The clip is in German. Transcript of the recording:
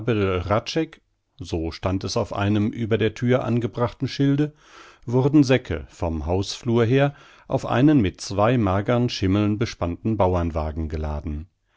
so stand auf einem über der thür angebrachten schilde wurden säcke vom hausflur her auf einen mit zwei magern schimmeln bespannten bauerwagen geladen